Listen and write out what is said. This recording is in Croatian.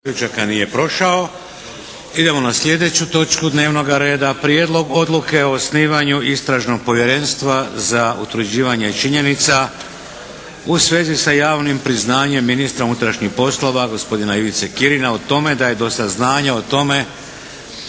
Vladimir (HDZ)** Idemo na sljedeću točku dnevnoga reda –- Prijedlog odluke o osnivanju Istražnog povjerenstva za utvrđivanje činjenica u svezi s javnim priznanjem ministra unutarnjih poslova g. Ivice Kirina o tome da je do saznanja o tome